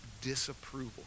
disapproval